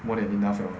more than enough 了 lor